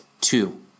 two